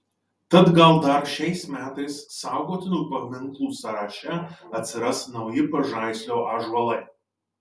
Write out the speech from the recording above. tad gal dar šiais metais saugotinų paminklų sąraše atsiras nauji pažaislio ąžuolai